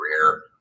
career